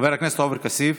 חבר הכנסת עופר כסיף,